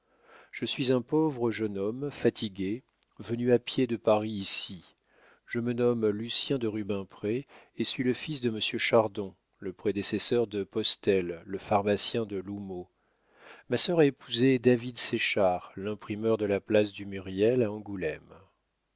je suis un pauvre jeune homme fatigué venu à pied de paris ici je me nomme lucien de rubempré et suis le fils de monsieur chardon le prédécesseur de postel le pharmacien de l'houmeau ma sœur a épousé david séchard l'imprimeur de la place du mûrier à angoulême